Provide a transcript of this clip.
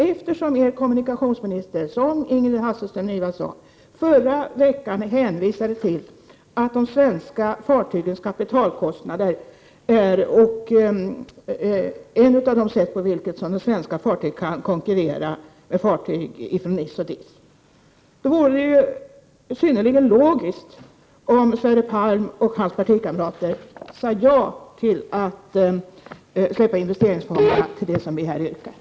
Som Ingrid Hasselström Nyvall påpekade sade kommunikationsministern i förra veckan att ett område där de svenska fartygen kan konkurrera med NIS och DIS-fartyg är just i fråga om kapitalkostnader. Det vore synnerligen logiskt om Sverre Palm och hans partikamrater sade ja till att öppna investeringsfonderna för sådana ändamål som vi här yrkar.